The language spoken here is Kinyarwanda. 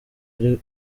ari